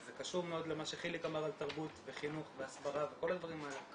וזה קשור למה שחיליק אמר על תרבות וחינוך והסברה וכל הדברים האלה.